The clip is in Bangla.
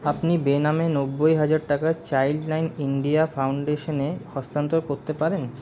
আপনি বেনামে নব্বই হাজার টাকা চাইল্ড লাইন ইন্ডিয়া ফাউন্ডেশনে হস্তান্তর করতে পারেন